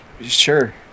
Sure